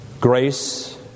Grace